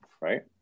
right